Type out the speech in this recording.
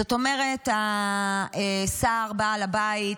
זאת אומרת השר בעל הבית,